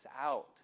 out